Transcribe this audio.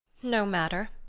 no matter.